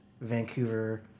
Vancouver